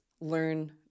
learn